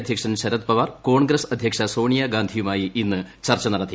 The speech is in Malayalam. അധ്യക്ഷൻ ശരത്പവാർ കോൺഗ്രസ് അധ്യക്ഷ സോണിയാ ഗാന്ധിയുമായി ഇന്ന് ചർച്ച നടത്തി